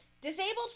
Disabled